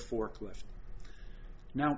forklifts now